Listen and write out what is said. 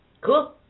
Cool